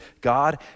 God